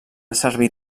servir